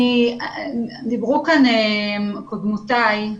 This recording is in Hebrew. דיברו כאן קודמותיי,